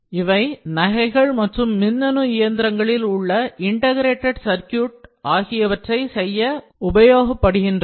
இவை நகைகள் மற்றும் மின்னணு இயந்திரங்களில் உள்ள இன்டெக்ரேடட் சர்க்யூட்கள் ஆகியவற்றை செய்ய உபயோகப்படுகின்றன